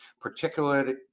particularly